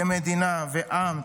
כמדינה ועם,